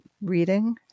reading